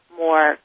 more